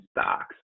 stocks